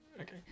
Okay